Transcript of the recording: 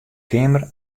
keamer